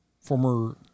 former